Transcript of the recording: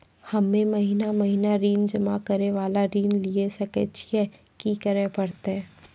हम्मे महीना महीना ऋण जमा करे वाला ऋण लिये सकय छियै, की करे परतै?